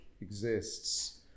exists